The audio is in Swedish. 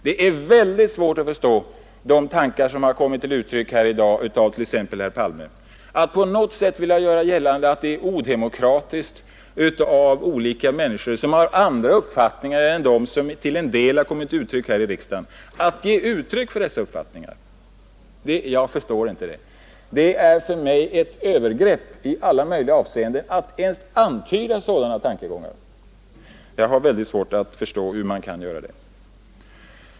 Det är svårt att förstå de tankar som har kommit till uttryck här i dag, exempelvis från herr Palme, då man på något sätt vill göra gällande att det skulle vara odemokratiskt av olika människor — sådana som har andra uppfattningar än de som till en del har kommit till uttryck i riksdagen — att ge uttryck för dessa uppfattningar. Jag förstår inte detta; det innebär för mig ett övergrepp i alla möjliga avseenden att ens antyda sådana tankegångar. Jag har synnerligen svårt att förstå hur man kan göra det.